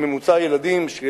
עם ממוצע ילדים של,